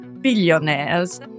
billionaires